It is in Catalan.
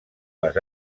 les